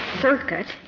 Circuit